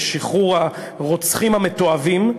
בשחרור הרוצחים המתועבים.